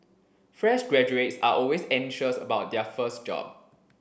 fresh graduates are always anxious about their first job